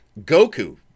Goku